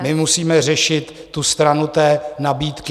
My musíme řešit tu stranu nabídky...